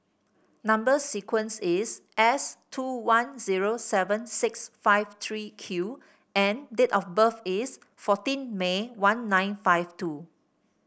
number sequence is S two one zero seven six five three Q and date of birth is fourteen May one nine five two